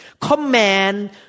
Command